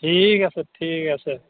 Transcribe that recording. ঠিক আছে ঠিক আছে